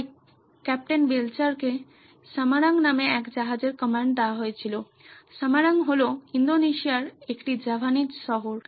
তাই কাপ্তান বেলচারকে সামারাং নামে একটি জাহাজের কমান্ড দেওয়া হয়েছিল সামারাং হল ইন্দোনেশিয়ার একটি জাভানিজ শহর